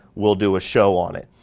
we'll do a show on it.